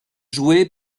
joué